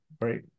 right